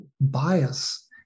bias